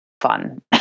fun